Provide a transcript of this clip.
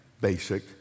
basic